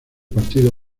partido